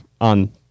on